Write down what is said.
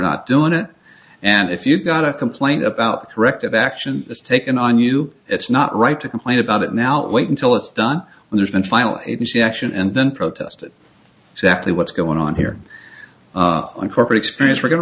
not doing it and if you've got a complaint about corrective action is taken on you it's not right to complain about it now wait until it's done when there's been final action and then protest exactly what's going on here on corporate experience we're go